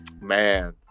man